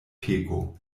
peko